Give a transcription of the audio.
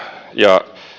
ja